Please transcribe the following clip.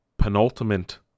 penultimate